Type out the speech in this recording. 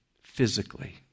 physically